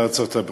בארצות-הברית.